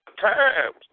times